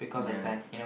ya